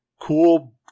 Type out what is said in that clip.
cool